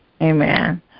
amen